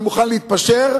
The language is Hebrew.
אני מוכן להתפשר,